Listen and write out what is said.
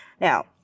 now